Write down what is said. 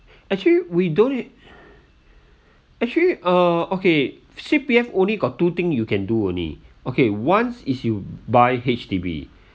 actually we don't actually uh okay C_P_F only got two thing you can do only okay once is you buy H_D_B